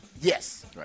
Yes